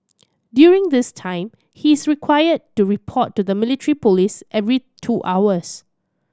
during this time he is required to report to the military police every two hours